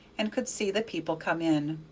and could see the people come in.